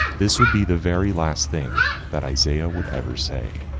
this would be the very last thing that isaiah would ever say.